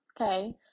okay